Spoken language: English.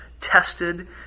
tested